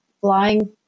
flying